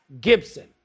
Gibson